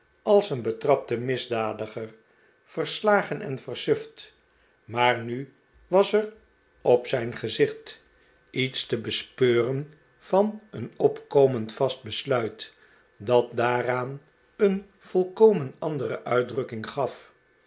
als een betrapte misdadiger verslagen en versuft maar nitwas er op zijn gezicht iets te bespeuren van een opkomend vast besluit dat daaraan een volkomen andere uitdrukking gaf